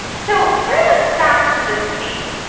so here are the facts of this case.